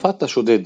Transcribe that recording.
התקפת השודד